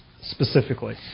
specifically